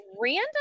random